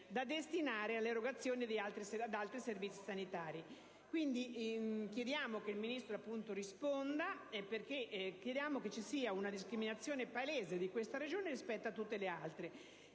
da destinare all'erogazione ad altri servizi sanitari. Pertanto, chiediamo al Ministro di rispondere in merito ad una discriminazione palese di questa Regione rispetto a tutte le altre.